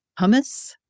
hummus